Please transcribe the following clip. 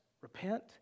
repent